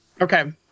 Okay